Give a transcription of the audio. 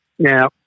Now